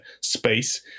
space